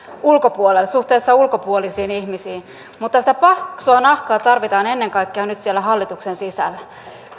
suhteessa ulkopuolisiin ihmisiin mutta sitä paksua nahkaa tarvitaan ennen kaikkea nyt siellä hallituksen sisällä